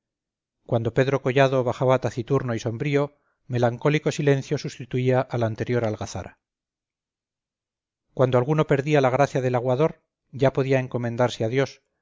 cuando pedro collado bajaba taciturno y sombrío melancólico silencio sustituía a la anterior algazara cuando alguno perdía la gracia del aguador ya podía encomendarse a dios